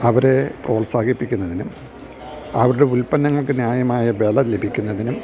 അവരെ പ്രോത്സാഹിപ്പിക്കുന്നതിനും അവരുടെ ഉൽപ്പന്നങ്ങൾക്ക് ന്യായമായ വില ലഭിക്കുന്നതിനും